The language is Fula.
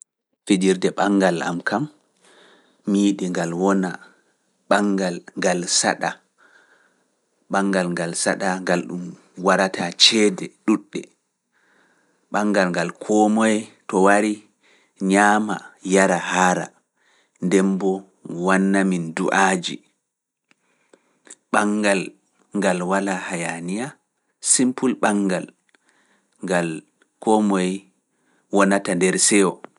Fejirde ɓangal am kam, mi yiɗi ngal wona ɓangal ngal saɗa, ɓangal ngal saɗa ngal ɗum warata ceede ɗuuɗɗe, ɓangal ngal koo moye to wari bangal ngal hoota e haari nder seyo.